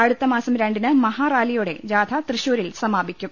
അടുത്ത മാസം രണ്ടിന് മഹാറാലിയോടെ ജാഥ തൃശ്ശൂരിൽ സമാപിക്കും